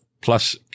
plus